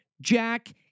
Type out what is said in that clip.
Jack